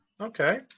Okay